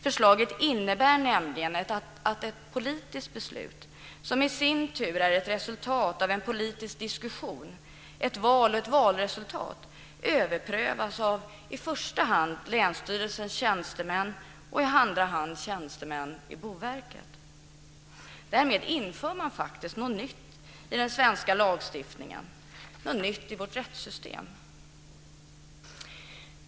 Förslaget innebär nämligen att ett politiskt beslut som i sin tur är ett resultat av en politisk diskussion, ett val och ett valresultat överprövas av i första hand länsstyrelsens tjänstemän och i andra hand tjänstemän i Därmed inför man faktiskt något nytt i den svenska lagstiftningen och i vårt rättssystem.